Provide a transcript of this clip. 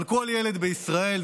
אבל כל ילד בישראל,